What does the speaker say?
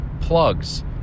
plugs